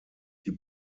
die